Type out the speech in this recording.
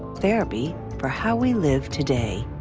therapy for how we live today.